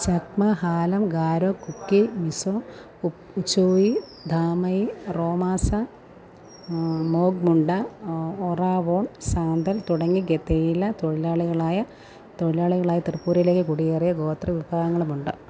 ചക്മ ഹാലം ഗാരോ കുക്കി മിസോ ഉചോയി ധാമയി റോമാസ മോഗ് മുണ്ട ഒറാവോൺ സാന്തൽ തുടങ്ങി ഗെതേല തൊഴിലാളികളായ തൊഴിലാളികളായി ത്രിപുരയിലേക്ക് കുടിയേറിയ ഗോത്രവിഭാഗങ്ങളുമുണ്ട്